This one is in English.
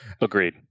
Agreed